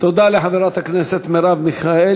תודה לחברת הכנסת מרב מיכאלי.